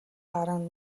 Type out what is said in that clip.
гаран